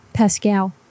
Pascal